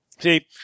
See